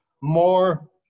more –